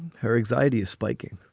her excited spiking